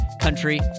country